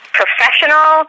professional